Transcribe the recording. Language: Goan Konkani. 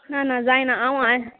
ना ना जायना आवय